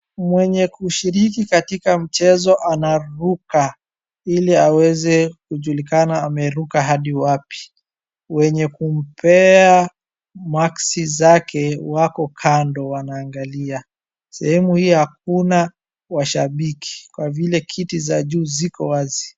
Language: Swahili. Mwenye kushiriki katika mchezo anaruka ili aweze kujulikana ameruka hadi wapi. Wenye kumpea maksi zake wako kando wanaangalia. Sehemu hii haluna washabiki kwa vile kiti za juu ziko wazi.